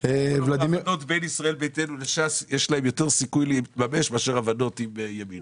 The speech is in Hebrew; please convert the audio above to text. להבנות בין ישראל ביתנו לש"ס יש יותר סיכוי להתממש מאשר הבנות עם ימינה.